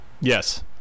Yes